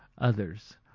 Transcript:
others